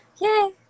yay